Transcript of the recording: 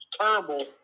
Terrible